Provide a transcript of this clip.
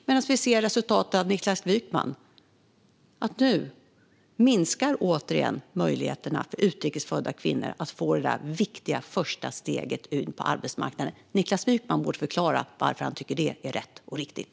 Men resultatet av Niklas Wykmans politik är att möjligheterna återigen minskar för utrikes födda kvinnor att få det där viktiga första steget ut på arbetsmarknaden. Niklas Wykman borde förklara varför han tycker att det är rätt och riktigt.